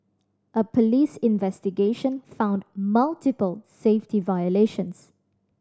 a police investigation found multiple safety violations